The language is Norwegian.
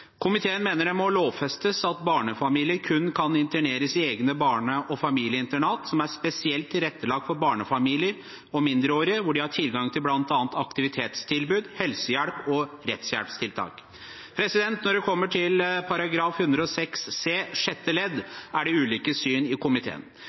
Komiteen mener det må lovfestes at barnefamilier kun kan interneres i egne barne- og familieinternat som er spesielt tilrettelagt for barnefamilier og mindreårige, hvor de har tilgang til bl.a. aktivitetstilbud, helsehjelp og rettshjelptiltak. Når det kommer til § 106 c sjette ledd,